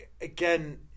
again